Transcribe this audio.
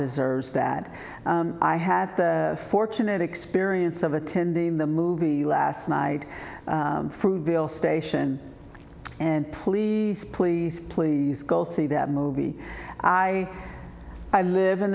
deserves that i had a fortunate experience of attending the movie last night fruitvale station and please please please go see that movie i i live in